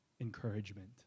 Encouragement